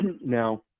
now